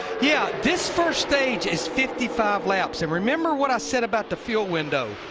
yeah, this first stage is fifty five laps and remember what i said about the field window,